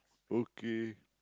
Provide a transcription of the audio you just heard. okay